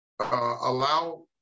allow